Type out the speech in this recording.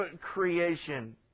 creation